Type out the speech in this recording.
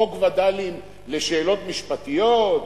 חוק וד"לים לשאלות משפטיות?